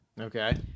Okay